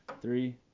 three